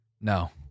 no